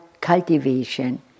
cultivation